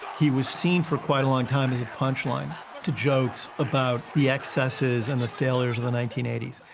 he was seen for quite a long time as a punchline to jokes about the excesses and the failures of the nineteen eighty s,